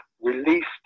released